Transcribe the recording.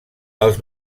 els